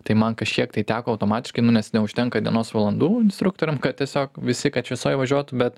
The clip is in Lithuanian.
tai man kažkiek tai teko automatiškai nu nes neužtenka dienos valandų instruktoriams kad tiesiog visi kad šviesoj važiuotų bet